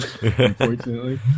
Unfortunately